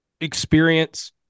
experience